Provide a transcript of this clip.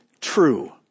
true